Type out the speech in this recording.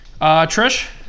Trish